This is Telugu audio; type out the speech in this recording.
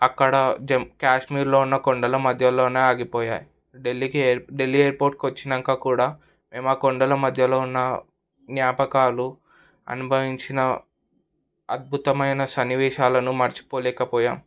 అక్కడ కాశ్మీర్లో ఉన్న కొండల మధ్యలోనే ఆగిపోయాయి ఢిల్లీకి ఢిల్లీ ఎయిర్పోర్ట్కు వచ్చిక కూడా మేము ఆ కొండల మధ్యలో ఉన్న జ్ఞాపకాలు అనుభవించిన అద్భుతమైన సన్నివేశాలను మర్చిపోలేకపోయాం